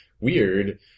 weird